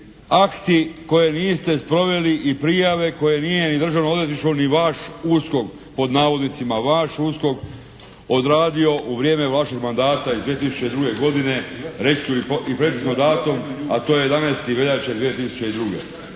akti koje niste sproveli i prijave koje nije ni Državno odvjetništvo ni "vaš USKOK" odradio u vrijeme vašeg mandata iz 2002. godine, reći ću i precizno datum a to je 11. veljače 2002.